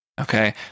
Okay